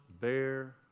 bear